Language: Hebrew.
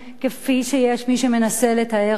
כפי שיש מי שמנסה לתאר את זה.